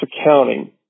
accounting